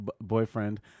boyfriend